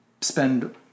spend